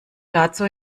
dazu